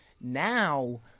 now